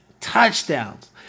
touchdowns